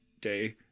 day